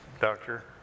doctor